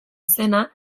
zena